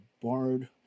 barred